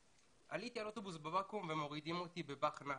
עליתי על אוטובוס בבקו"ם ומורידים אותי בבא"ח נח"ל,